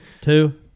two